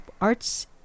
Arts